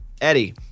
Eddie